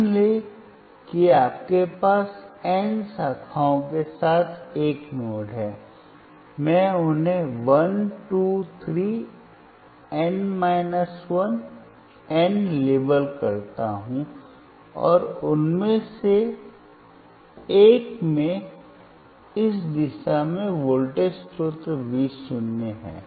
मान लें कि आपके पास N शाखाओं के साथ एक नोड हैI उन्हें 1 2 3 N 1 N लेबल करता हूं और उनमें से एक में इस दिशा में वोल्टेज स्रोत V शून्य है